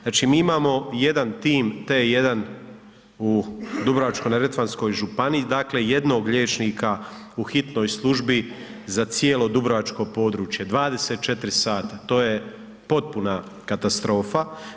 Znači mi imamo jedan tim T1 u Dubrovačkoj-neretvanskoj županiji, dakle jednog liječnika u hitnoj službi za cijelo dubrovačko područje 24h, to je potpuna katastrofa.